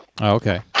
okay